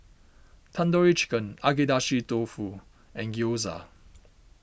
Tandoori Chicken Agedashi Dofu and Gyoza